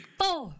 four